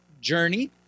journey